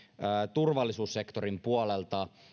turvallisuussektorin puolelta